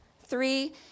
Three